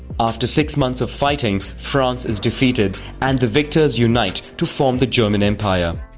after six months of fighting, france is defeated and the victors unite to form the german empire.